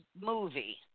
movie